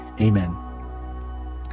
Amen